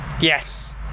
Yes